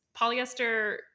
polyester